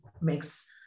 makes